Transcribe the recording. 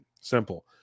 Simple